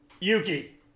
yuki